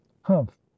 humph